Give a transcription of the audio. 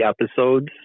episodes